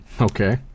okay